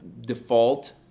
default